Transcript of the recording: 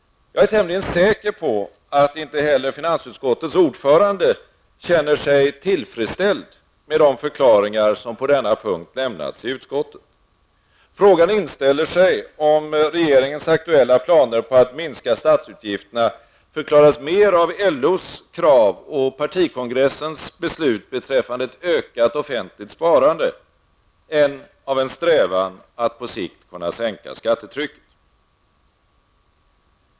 Jag är tämligen säker på att inte heller finansutskottets ordförande känner sig tillfredsställd med de förklaringar som på denna punkt lämnats i utskottet. Frågan inställer sig om regeringens aktuella planer på att minska statsutgifterna förklaras mer av LOs krav och partikongressens beslut beträffande ett ökat offentligt sparande, än av en strävan att på sikt kunna sänka skattetrycket.